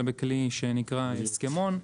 שנקרא הסכמון,